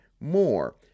more